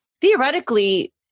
theoretically